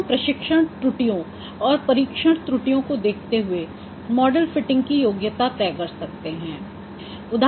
अब हम प्रशिक्षण त्रुटियों और परिक्षण त्रुटियों को देखते हुए मॉडल फिटिंग की योग्यता तय कर सकते है